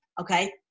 okay